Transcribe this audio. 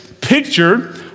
picture